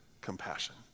compassion